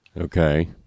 Okay